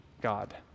God